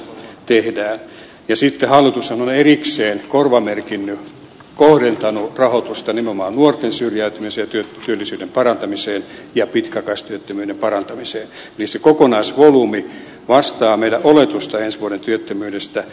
sitten hallitushan on erikseen korvamerkinnyt kohdentanut rahoitusta nimenomaan nuorten syrjäytymiseen ja työllisyyden parantamiseen ja pitkäaikaistyöttömyyden parantamiseen eli se kokonaisvolyymi vastaa meidän oletustamme ensi vuoden työttömyydestä